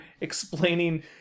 explaining